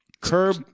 curb